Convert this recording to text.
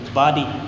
body